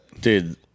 Dude